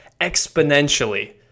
exponentially